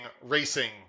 racing